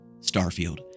starfield